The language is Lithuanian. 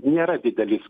nėra didelis